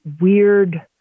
weird